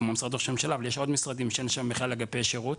כמו משרד ראש הממשלה אבל יש עוד משרדים שאין שם בכלל אגפי שירות.